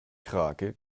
krake